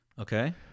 Okay